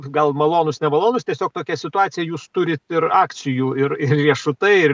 gal malonūs nemalonūs tiesiog tokia situacija jūs turit ir akcijų ir riešutai ir